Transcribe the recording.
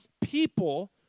people